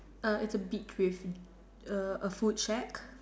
err its a beak a a food shack